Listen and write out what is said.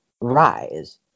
rise